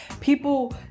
people